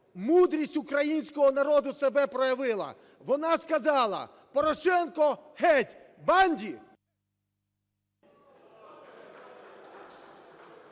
Мудрість українського народу себе проявила. Вона сказала: "Порошенко геть! Банді…"